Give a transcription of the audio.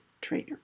trainer